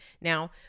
now